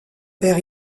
perd